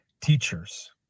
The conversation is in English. teachers